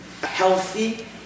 healthy